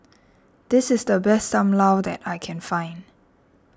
this is the best Sam Lau that I can find